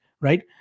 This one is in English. right